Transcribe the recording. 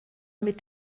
mit